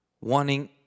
wanting